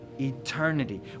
eternity